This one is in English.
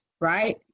right